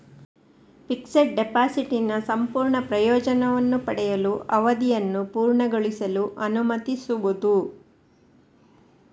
fixed ಡೆಪಾಸಿಟಿನ ಸಂಪೂರ್ಣ ಪ್ರಯೋಜನವನ್ನು ಪಡೆಯಲು, ಅವಧಿಯನ್ನು ಪೂರ್ಣಗೊಳಿಸಲು ಅನುಮತಿಸುವುದು